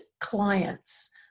clients